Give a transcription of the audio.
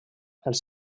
els